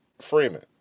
Freeman